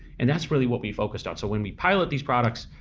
and that's really what we focused on. so when we pilot these products,